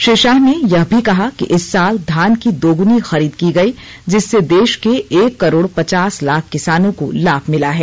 श्री शाह ने यह भी कहा कि इस साल धान की दोगुनी खरीद की गई जिससे देश के एक करोड़ पचास लाख किसानों को लाभ मिला है